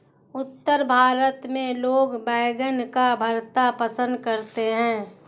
उत्तर भारत में लोग बैंगन का भरता पंसद करते हैं